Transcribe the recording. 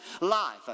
life